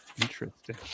Interesting